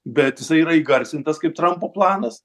bet jisai yra įgarsintas kaip trampo planas